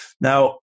Now